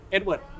Edward